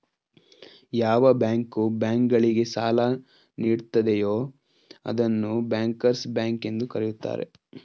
ಯಾವ bank bank ಗಳಿಗೆ ಸಾಲ ನೀಡುತ್ತದೆಯೂ ಅದನ್ನು ಬ್ಯಾಂಕರ್ಸ್ ಬ್ಯಾಂಕ್ ಎಂದು ಕರೆಯುತ್ತಾರೆ